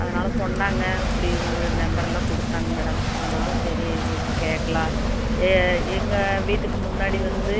அதனால் சொன்னாங்க இப்படி உங்கள் நம்பரெல்லாம் கொடுத்தாங்க மேடம் அதனால் சரி உங்கள்கிட்ட கேட்கலாம் எ எங்கள் வீட்டுக்கு முன்னாடி வந்து